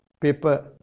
paper